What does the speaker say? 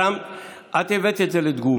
את הבאת את זה לתגובה.